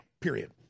Period